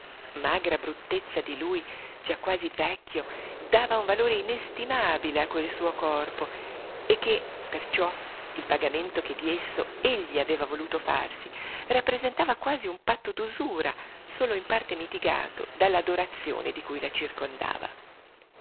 magra bruttezza di lui già quasi vecchio dava un valore inestimabile a quel suo corpo e che perciò il pagamento che di esso egli aveva voluto farsi rappresentava quasi un patto d'usura solo in parte mitigato dall'adorazione di cui la circondava